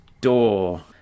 door